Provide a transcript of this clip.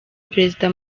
perezida